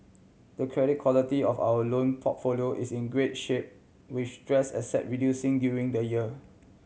the credit quality of our loan portfolio is in great shape with stress asset reducing during the year